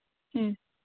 ᱦᱩᱸ